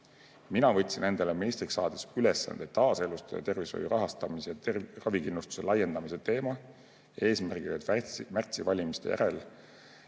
Mina võtsin endale ministriks saades ülesande taaselustada tervishoiu rahastamise ja ravikindlustuse laiendamise teema, eesmärgiga, et märtsivalimiste järel